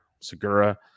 Segura